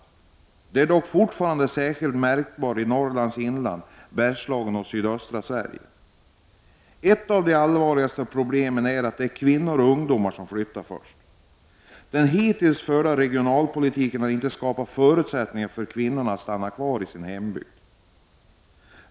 Detta är dock fortfarande särskilt märkbart i Norrlands inland, i Bergslagen och i sydöstra Sverige. Ett av de allvarligaste problemen är att det är kvinnor och ungdomar som flyttar först. Den hittills förda regionalpolitiken har inte skapat sådana förutsättningar att kvinnor kan stanna kvar i sin hembygd.